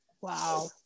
Wow